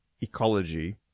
ecology